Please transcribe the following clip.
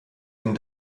den